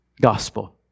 Gospel